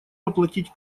оплатить